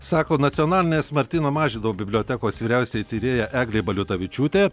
sako nacionalinės martyno mažvydo bibliotekos vyriausioji tyrėja eglė baliutavičiūtė